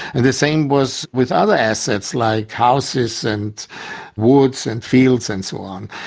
and the same was with other assets like houses and woods and fields and so on.